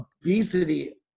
obesity